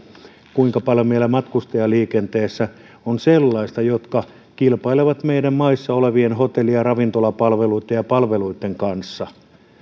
kuinka paljon meillä matkustajaliikenteessä on sellaista joka kilpailee meidän maissa olevien hotelli ja ravintolapalveluitten ja muiden palveluitten kanssa ja